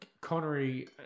Connery